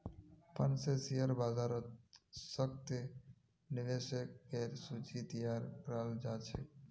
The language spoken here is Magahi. फंड स शेयर बाजारत सशक्त निवेशकेर सूची तैयार कराल जा छेक